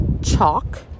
chalk